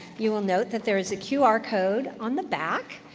you will note that there is a qr code on the back.